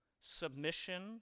Submission